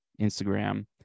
Instagram